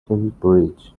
cambridge